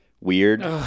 Weird